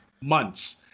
months